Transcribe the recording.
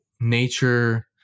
nature